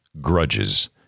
grudges